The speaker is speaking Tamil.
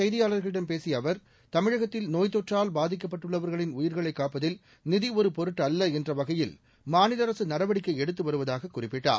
செய்தியாள்களிடம் பேசிய அவர் பின்ன் தமிழகத்தில் நோய் தொற்றால் பாதிக்கப்பட்டுள்ளவா்களின் உயிா்களைப் காப்பதில் நிதி ஒரு பொருட்டு அல்ல என்ற வகையில் மாநில அரசு நடவடிக்கை எடுத்து வருவதாகக் குறிப்பிட்டார்